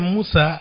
Musa